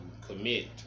commit